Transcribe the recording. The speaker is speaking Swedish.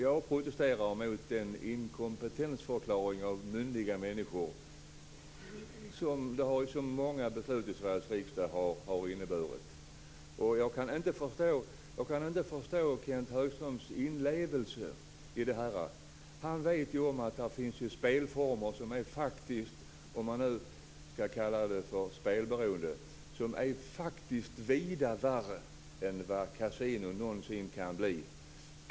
Jag protesterar mot den inkompetensförklaring av myndiga människor som många beslut i Sveriges riksdag har inneburit. Jag kan inte förstå Kenth Högströms inlevelse. Han vet om att det finns spelformer som faktiskt - när vi nu talar om spelberoende - är vida värre än vad kasinon någonsin kan bli.